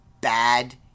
bad